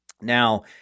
Now